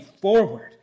forward